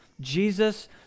Jesus